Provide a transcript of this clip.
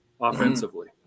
offensively